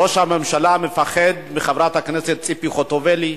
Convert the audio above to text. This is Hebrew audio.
ראש הממשלה מפחד מחברת הכנסת ציפי חוטובלי,